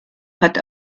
hat